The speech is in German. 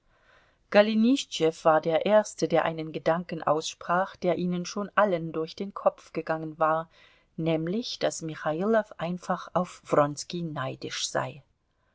golenischtschew war der erste der einen gedanken aussprach der ihnen schon allen durch den kopf gegangen war nämlich daß michailow einfach auf wronski neidisch sei